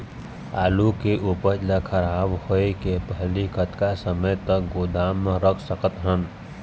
आलू के उपज ला खराब होय के पहली कतका समय तक गोदाम म रख सकत हन?